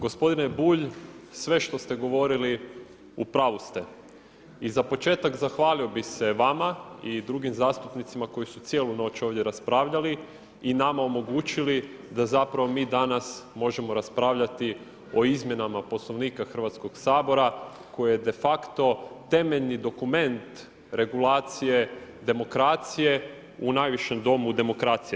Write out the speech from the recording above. Gospodine Bulj, sve što ste govorili u pravu ste i za početak zahvalio bih se vama i drugim zastupnicima koji su cijelu noć ovdje raspravljali i nama omogućili da zapravo mi danas možemo raspravljati o izmjenama Poslovnika Hrvatskog sabora koji je de facto temeljni dokument regulacije demokracije u najvišem Domu demokracije.